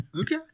Okay